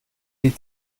die